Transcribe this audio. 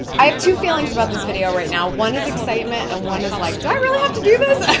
i have two feelings about this video right now. one is excitement and one is like, do i really have to do this?